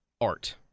art